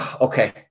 okay